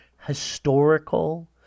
historical